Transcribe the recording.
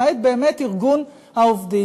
למעט באמת ארגון העובדים.